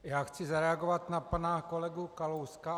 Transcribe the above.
Já chci zareagovat na pana kolegu Kalouska.